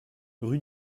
rue